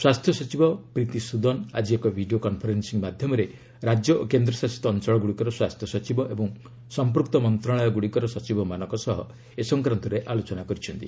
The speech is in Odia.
ସ୍ୱାସ୍ଥ୍ୟ ସଚିବ ପ୍ରୀତିଶ ସୁଦନ ଆଜି ଏକ ଭିଡ଼ିଓ କନ୍ଫରେନ୍ଦିଂ ମାଧ୍ୟମରେ ରାଜ୍ୟ ଓ କେନ୍ଦ୍ରଶାସିତ ଅଞ୍ଚଳଗ୍ରଡ଼ିକର ସ୍ୱାସ୍ଥ୍ୟ ସଚିବ ଏବଂ ସମ୍ପୁକ୍ତ ମନ୍ତ୍ରଣାଳୟଗ୍ରଡ଼ିକର ସଚିବମାନଙ୍କ ସହ ଏ ସଂକ୍ରାନ୍ତରେ ଆଲୋଚନା କରିଛନ୍ତି